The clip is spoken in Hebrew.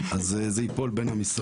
אז זה ייפול בין המשרדים.